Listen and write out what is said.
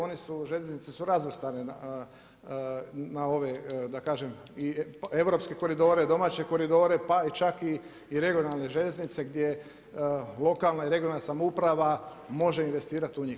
Oni su, željeznice su razvrstane na ove da kažem i europske koridore, domaće koridore pa čak i regionalne željeznice gdje lokalna i regionalna samouprava može investirati u njih.